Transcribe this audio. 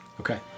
Okay